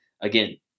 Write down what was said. Again